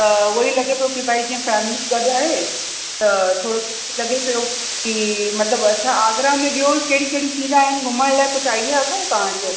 त उहो ई लॻे पियो कि भई जीअं फ़ैमिली गॾु आहे त थोरोसो लॻे पियो कि मतलबु अच्छा आगरा में ॿियो कहिड़ी कहिड़ी चीजां आहिनि घुमण लाइ कुझु आइडिया अथव तव्हांखे